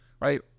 Right